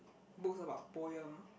books about poem